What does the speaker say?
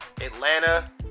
Atlanta